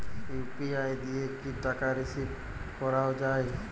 UPI দিয়ে কি টাকা রিসিভ করাও য়ায়?